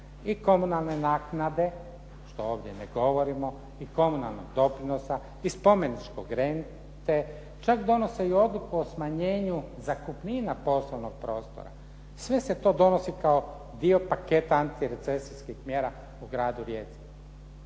i komunalne naknade što ovdje ne govorimo i komunalnog doprinosa, i spomeničke rente. Čak donose i odluku o smanjenju zakupnina poslovnog prostora. Sve se to donosi kao dio paketa antirecesijskih mjera u gradu Rijeci.